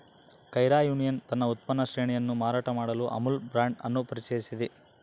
Kaira union ತನ್ನ ಉತ್ಪನ್ನ ಶ್ರೇಣಿಯನ್ನು ಮಾರಾಟ ಮಾಡಲು ಅಮುಲ್ ಬ್ರಾಂಡ್ ಅನ್ನು ಪರಿಚಯಿಸಿತು